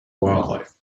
wildlife